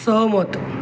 सहमत